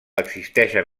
existeixen